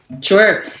Sure